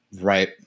Right